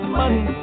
money